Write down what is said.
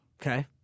Okay